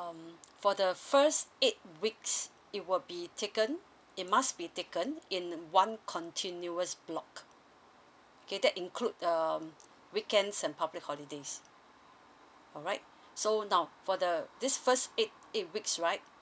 um for the first eight weeks it will be taken it must be taken in one continuous block okay that include um weekends and public holidays alright so now for the this first eight eight weeks right